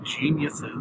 geniuses